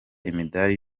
imidari